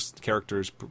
character's